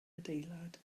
adeilad